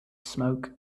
smoke